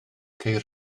ceir